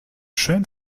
schön